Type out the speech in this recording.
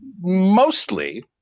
Mostly